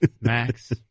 Max